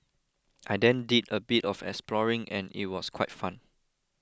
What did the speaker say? I then did a bit of exploring and it was quite fun